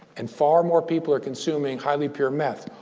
and far more people are consuming highly pure meth.